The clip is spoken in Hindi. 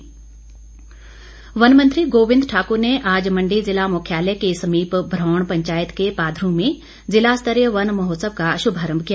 वन मंत्री वन मंत्री गोबिंद ठाकुर ने आज मण्डी जिला मुख्यालय के समीप भ्रौण पंचायत के पाधरू में जिला स्तरीय वन महोत्सव का शुभारंभ किया